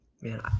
man